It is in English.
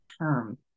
term